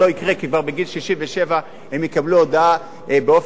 כי כבר בגיל 67 הם יקבלו הודעה באופן ישיר,